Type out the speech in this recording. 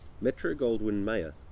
Metro-Goldwyn-Mayer